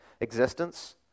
existence